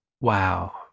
wow